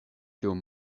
dum